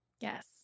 Yes